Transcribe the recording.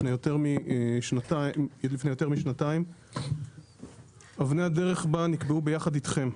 לפני יותר משנתיים, אבני הדרך בה נקבעו יחד אתכם,